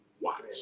Watch